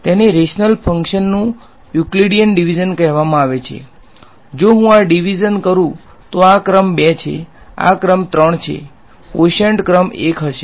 તેને rational function નુ Euclidean division કહેવામાં આવે છે જો હું આ ડીવીઝન કરું તો આ ક્રમ 2 છે આ ક્રમ 3 છે કવોશંટ ક્રમ 1 હશે